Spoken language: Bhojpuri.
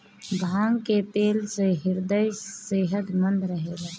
भांग के तेल से ह्रदय सेहतमंद रहेला